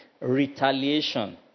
Retaliation